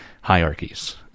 hierarchies